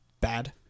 bad